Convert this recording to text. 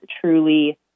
truly